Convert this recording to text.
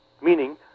meaning